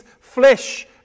flesh